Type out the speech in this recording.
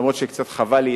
אף שקצת חבל לי,